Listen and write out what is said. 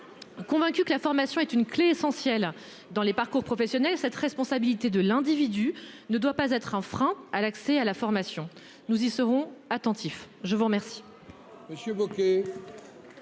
Convaincu que la formation est une clé essentielle dans les parcours professionnels et cette responsabilité de l'individu ne doit pas être un frein à l'accès à la formation, nous y serons attentifs. Je vous remercie.